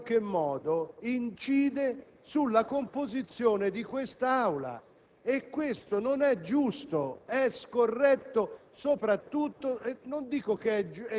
il Governo in qualche modo incide sulla composizione di quest'Aula. Questo non è giusto, è scorretto,